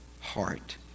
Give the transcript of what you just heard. heart